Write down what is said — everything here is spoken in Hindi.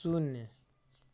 शून्य